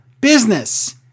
business